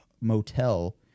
motel